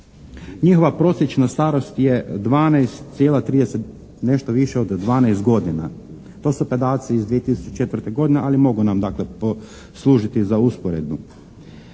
njihova prosječna starost je 12,30, nešto više od 12 godina. To su podaci iz 2004. godine ali mogu nam dakle poslužiti za usporedbu.